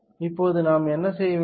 இப்போது நாம் என்ன செய்ய வேண்டும்